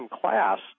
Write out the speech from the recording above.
class